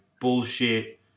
bullshit